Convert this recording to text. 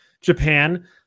Japan